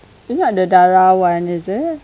is it not the darah one right